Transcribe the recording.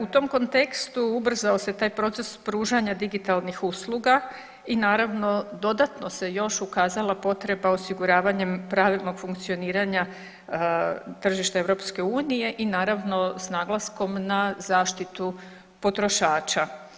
U tom kontekstu ubrzao se taj proces pružanja digitalnih usluga i naravno dodatno se još ukazala potreba osiguravanjem pravilnog funkcioniranja tržišta EU i naravno s naglaskom na zaštitu potrošača.